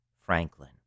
Franklin